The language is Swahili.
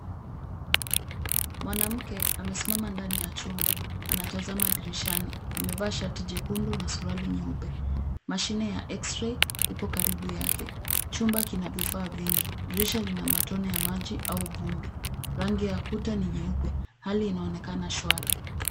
Mwanamke aamesimama ndani ya chumba. Anatazama dirishani. Amevaa shati jekundu na suruali nyeupe. Mashine ya x-ray ipo karibu yake. Chumba kina vifaa vingi. Dirisha lina matone ya maji au vumbi. Rangi ya kuta ni nyeupe. Hali inaonekana shwari.